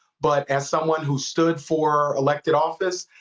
but as someone who stood for elected office,